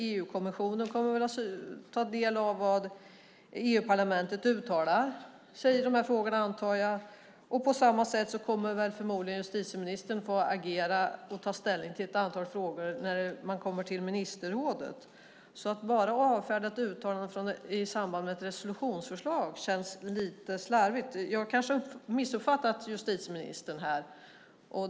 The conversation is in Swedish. EU-kommissionen kommer att ta del av vad EU-parlamentet uttalar i de här frågorna, antar jag. På samma sätt kommer förmodligen justitieministern att få agera och ta ställning till ett antal frågor när man kommer till ministerrådet. Att bara avfärda ett uttalande i samband med ett resolutionsförslag känns lite slarvigt. Jag kanske har missuppfattat justitieministern här.